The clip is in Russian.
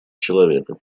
человека